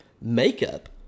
makeup